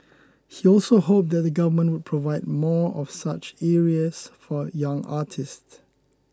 he also hoped that the Government Provide more of such areas for young artists